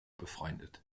befreundet